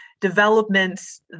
developments